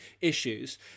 issues